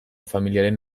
familiaren